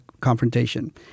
confrontation